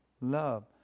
love